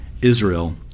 Israel